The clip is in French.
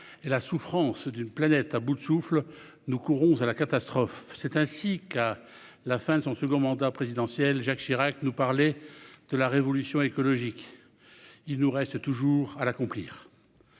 la souffrance d'une planète à bout de souffle, nous courons à la catastrophe ». C'est ainsi qu'à la fin de son second mandat présidentiel Jacques Chirac nous parlait de la révolution écologique. Il nous reste toujours à l'accomplir